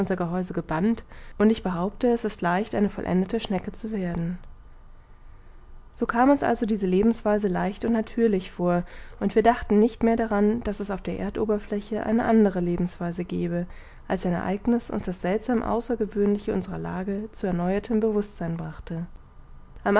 gebannt und ich behaupte es ist leicht eine vollendete schnecke zu werden so kam uns also diese lebensweise leicht und natürlich vor und wir dachten nicht mehr daran daß es auf der erdoberfläche eine andere lebensweise gebe als ein ereigniß uns das seltsam außergewöhnliche unserer lage zu erneuertem bewußtsein brachte